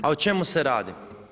A o čemu se radi?